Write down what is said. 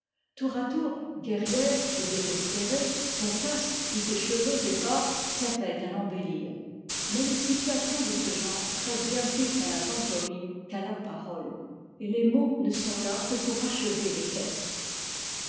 tour à tour guerrière et désespérée son casque ou ses cheveux épars servaient à l'embellir mais les situations de ce genre prêtent bien plus à la pantomime qu'à la parole et les mots ne sont là que pour achever les gestes